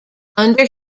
under